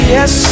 Yes